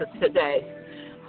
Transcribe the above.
today